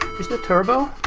is there turbo?